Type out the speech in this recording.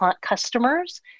customers